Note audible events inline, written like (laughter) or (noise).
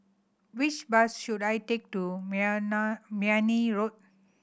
which bus should I take to (unintelligible) Mayne Road